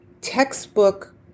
textbook